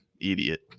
idiot